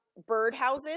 birdhouses